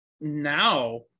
Now